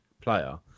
player